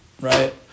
right